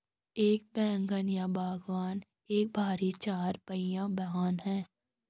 एक वैगन या वाग्गन एक भारी चार पहिया वाहन है